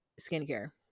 skincare